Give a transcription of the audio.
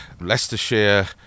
Leicestershire